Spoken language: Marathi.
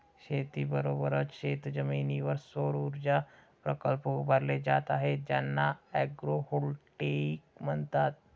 शेतीबरोबरच शेतजमिनीवर सौरऊर्जा प्रकल्प उभारले जात आहेत ज्यांना ॲग्रोव्होल्टेईक म्हणतात